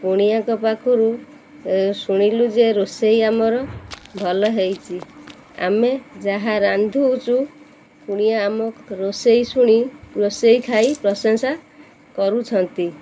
କୁଣିଆଙ୍କ ପାଖରୁ ଶୁଣିଲୁ ଯେ ରୋଷେଇ ଆମର ଭଲ ହୋଇଛି ଆମେ ଯାହା ରାନ୍ଧୁଛୁ କୁଣିଆ ଆମ ରୋଷେଇ ଶୁଣି ରୋଷେଇ ଖାଇ ପ୍ରଶଂସା କରୁଛନ୍ତି